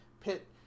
pit